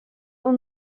اون